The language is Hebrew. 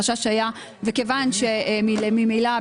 אני חושב שהגענו להסכמות אתמול.